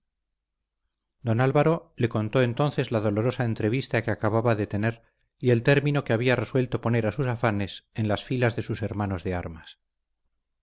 don álvaro le contó entonces la dolorosa entrevista que acababa de tener y el término que había resuelto poner a sus afanes en las filas de sus hermanos de armas